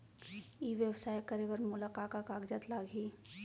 ई व्यवसाय करे बर मोला का का कागजात लागही?